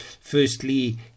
firstly